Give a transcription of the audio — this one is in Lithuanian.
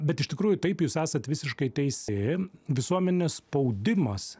bet iš tikrųjų taip jūs esat visiškai teisi visuomenės spaudimas